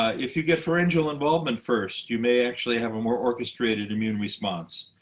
if you get pharyngeal involvement first, you may actually have a more orchestrated immune response.